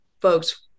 folks